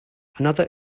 another